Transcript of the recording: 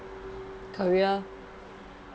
career